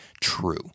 true